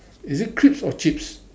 is it or crisp or chips